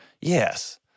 Yes